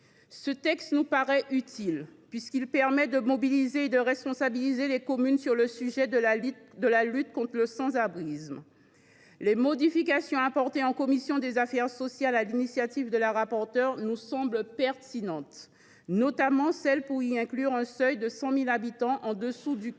Ce texte nous paraît utile, puisqu’il permet de mobiliser et de responsabiliser les communes sur le sujet de la lutte contre le sans abrisme. Les modifications apportées par la commission des affaires sociales sur l’initiative de la rapporteure nous semblent pertinentes, notamment celle qui consiste à insérer un seuil de 100 000 habitants sous lequel